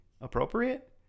appropriate